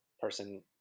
person